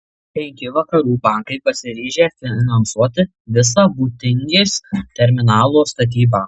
penki vakarų bankai pasiryžę finansuoti visą būtingės terminalo statybą